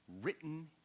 written